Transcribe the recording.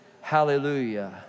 hallelujah